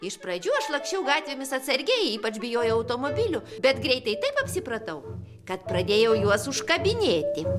iš pradžių aš laksčiau gatvėmis atsargiai ypač bijojau automobilių bet greitai taip apsipratau kad pradėjau juos užkabinėti